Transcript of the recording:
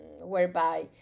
whereby